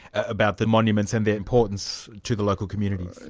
about the monuments and their importance to the local communities?